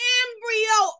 embryo